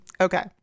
Okay